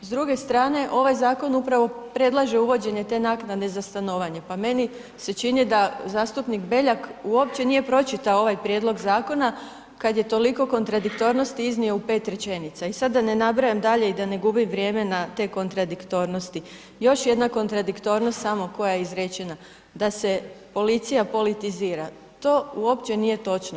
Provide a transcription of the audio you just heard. S druge strane, ovaj zakon upravo predlaže uvođenje te naknade za stanovanje, pa meni se čini da zastupnik Beljak uopće nije pročitao ovaj prijedlog zakona kad je toliko kontradiktornosti iznio u 5 rečenica i sad da ne nabrajam dalje i da ne gubim vrijeme na te kontradiktornosti, još jedna kontradiktornost samo koja se izrečena, da se policija politizira, to uopće nije točno.